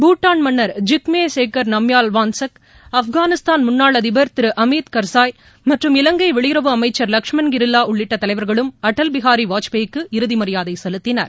பூடான் மன்னர் ஜிக்மே கேசர் நம்யால் வான்சக் ஆப்கானிஸ்தான் முன்னாள் அதிபர் திரு அமீத் கர்சாய் மற்றும் இலங்கை வெளியுறவு அமைச்சர் லஷ்மண் கிரில்லா உள்ளிட்ட தலைவர்களும் அடல் பிகாரி வாஜ்பாயிக்கு இறுதி மரியாதை செலுத்தினர்